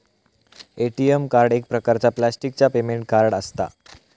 ATM card एक प्रकारचा प्लॅस्टिकचा पेमेंट कार्ड असता